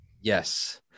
yes